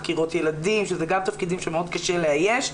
חקירות ילדים זה גם תפקידים שמאוד קשה לאייש,